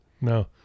no